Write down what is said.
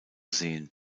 sehen